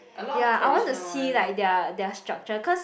ya I want to see like their their structure cause